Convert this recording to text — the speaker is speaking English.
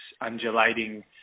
undulating